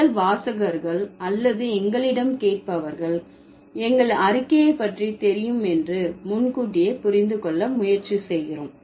எங்கள் வாசகர்கள் அல்லது எங்களிடம் கேட்பவர்கள் எங்கள் அறிக்கையை பற்றி தெரியும் என்று முன்கூட்டியே புரிந்து கொள்ள முயற்சி செய்கிறோம்